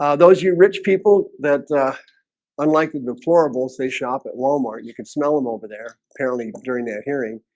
ah those you rich people that unlike the deplorable say shop at walmart. you can smell them over there apparently during their hearing